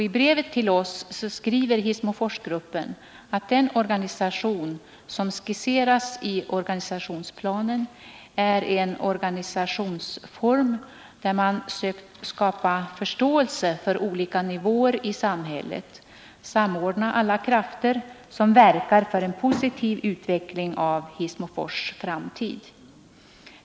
I brevet till oss skriver Hissmoforsgruppen att den organisation som skisseras i planen är en organisationsform där man sökt skapa förståelse för olika nivåer i samhället och samordna alla krafter som verkar för en positiv utveckling av Hissmofors framtid.